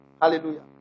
Hallelujah